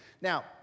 Now